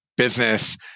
Business